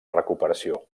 recuperació